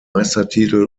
meistertitel